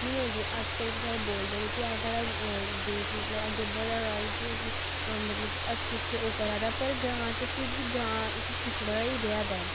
निं होंदियां अज्ज कल बचारे बोलदे निं कि साढ़ा देश मतलब अग्गें बधा दा ऐ जि'यां कि मतलब कि अच्छे अच्छे ओह् करा दा पर ग्रांऽ च फिर बी ग्रांऽ इक पिछडे़ दा ही रेहा दा